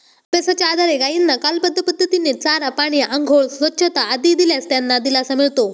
अभ्यासाच्या आधारे गायींना कालबद्ध पद्धतीने चारा, पाणी, आंघोळ, स्वच्छता आदी दिल्यास त्यांना दिलासा मिळतो